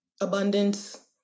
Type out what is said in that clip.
abundance